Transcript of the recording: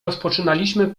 rozpoczynaliśmy